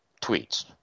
tweets